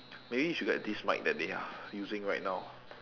maybe we should get this mic that they are using right now